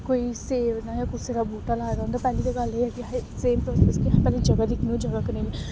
कोई सेब न जां कुसै दा बूह्टा लाए दा होंदा पैह्ली ते गल्ल एह् ऐ कि असें सेम प्रोसेस कि असें पैह्ले जगह दिक्खनी ओह् जगह् कनेही ऐ